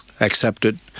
accepted